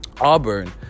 Auburn